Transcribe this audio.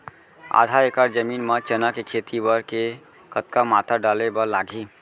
आधा एकड़ जमीन मा चना के खेती बर के कतका मात्रा डाले बर लागही?